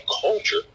culture